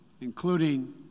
including